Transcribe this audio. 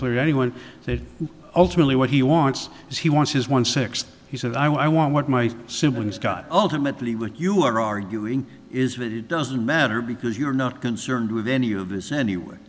clear anyone that ultimately what he wants is he wants his one sixth he said i want what my siblings got ultimately what you are arguing is that it doesn't matter because you're not concerned with any of this anyway